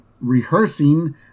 rehearsing